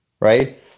Right